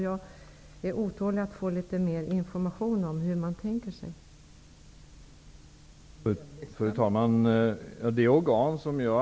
Jag är otålig och vill ha mer information om hur man tänker sig det hela.